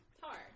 tar